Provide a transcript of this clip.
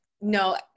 no